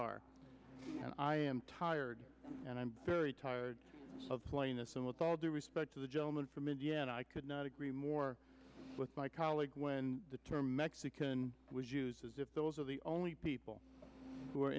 are and i am tired and i'm very tired of playing this and with all due respect to the gentleman from indiana i could not agree more with my colleague when the term mexican was used as if those are the only people w